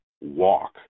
walk